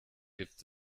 gibt